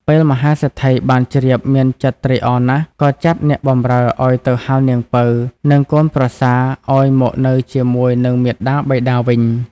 ពេលមហាសេដ្ឋីបានជ្រាបមានចិត្តត្រេកអរណាស់ក៏ចាត់អ្នកបម្រើឲ្យទៅហៅនាងពៅ និងកូនប្រសាឲ្យមកនៅជាមួយនឹងមាតាបិតាវិញ។